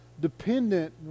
dependent